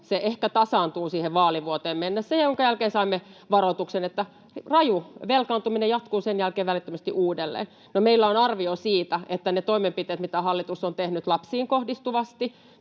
Se ehkä tasaantuu siihen vaalivuoteen mennessä, jonka jälkeen — saimme varoituksen — raju velkaantuminen jatkuu välittömästi uudelleen. No, meillä on arvio niistä toimenpiteistä, mitä hallitus on tehnyt lapsiin kohdistuvasti